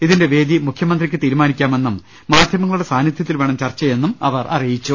ഇതിന്റെ വേദി മുഖ്യമന്ത്രിക്ക് തീരുമാനിക്കാമെന്നും മാധ്യമങ്ങളുടെ സാന്നിധൃത്തിൽവേണം ചർച്ചയെന്നും അവർ അറിയിച്ചു